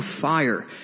fire